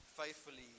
faithfully